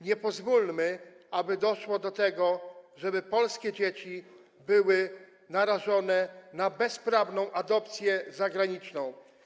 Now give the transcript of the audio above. Nie pozwólmy, aby doszło do tego, żeby polskie dzieci były narażone na bezprawną adopcję zagraniczną.